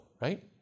right